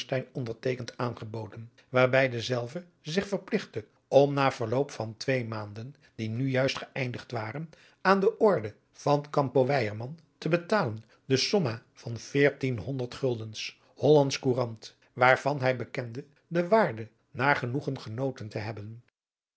onderteekend aangeboden waarbij dezelve zich verpligtte om na verloop van twee maanden die nu juist geeindigd waren aan de orde van campo weyerman te betalen de somma van veertienhonderd guldens hollands courant waarvan hij bekende de waarde naar genoegen genoten te hebben